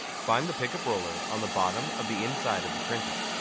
find the pickup roller on the bottom of the inside of the printer.